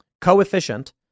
coefficient